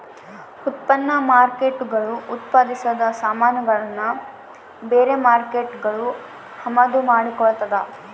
ಉತ್ಪನ್ನ ಮಾರ್ಕೇಟ್ಗುಳು ಉತ್ಪಾದಿಸಿದ ಸಾಮಾನುಗುಳ್ನ ಬೇರೆ ಮಾರ್ಕೇಟ್ಗುಳು ಅಮಾದು ಮಾಡಿಕೊಳ್ತದ